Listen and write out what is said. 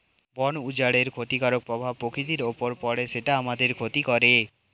বন উজাড়ের ক্ষতিকারক প্রভাব প্রকৃতির উপর পড়ে যেটা আমাদের ক্ষতি করে